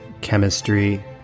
chemistry